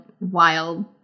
wild